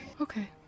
Okay